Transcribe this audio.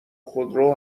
خودرو